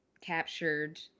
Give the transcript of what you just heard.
captured